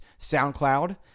SoundCloud